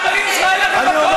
אתה והחברים שלך, אין לך מקום פה.